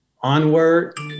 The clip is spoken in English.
Onward